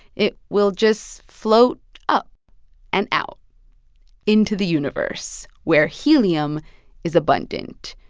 it will just float up and out into the universe, where helium is abundant.